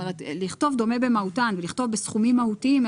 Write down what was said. לכתוב דומה במהותן ולכתוב בסכומים מהותיים,